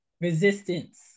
resistance